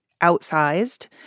outsized